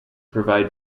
provide